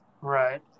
Right